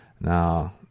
Now